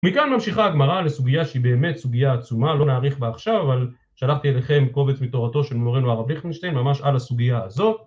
מכאן ממשיכה הגמרא לסוגיה שהיא באמת סוגיה עצומה, לא נאריך בה עכשיו, אבל שלחתי אליכם קובץ מתורתו של מורינו הרב ליכטנשטיין, ממש על הסוגיה הזאת.